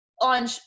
on